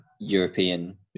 European